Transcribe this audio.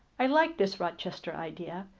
i liked this rochester idea.